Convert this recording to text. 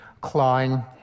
clawing